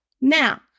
now